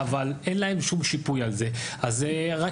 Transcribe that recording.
אבל אין להם שום שיפוי על זה אז זה רק